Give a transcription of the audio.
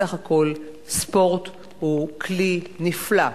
בסך הכול ספורט הוא כלי נפלא,